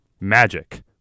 Magic